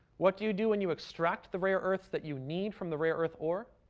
what do you do when you extract the rare-earths that you need from the rare-earth ore?